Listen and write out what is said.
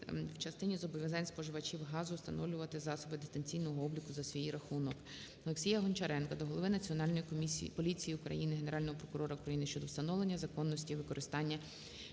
в частині зобов'язань споживачів газу встановлювати засоби дистанційного обліку за свій рахунок. ОлексіяГончаренка до голови Національної поліції України, Генерального прокурора України щодо встановлення законності використання 869